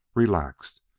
relaxed,